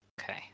Okay